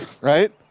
right